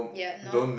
ya nope